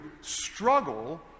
struggle